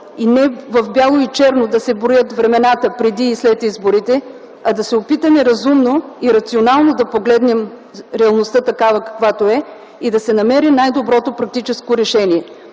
Не в бяло и черно да се гледа на времената преди и след изборите, а да се опитаме разумно и рационално да погледнем реалността, такава каквато е и да се намери най-доброто практическо решение.